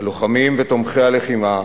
הלוחמים ותומכי הלחימה,